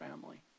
family